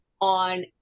on